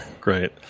great